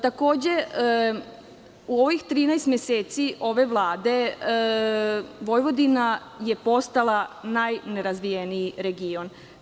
Takođe, u ovih 13 meseci ove Vlade, Vojvodina je postala najnerazvijeniji region.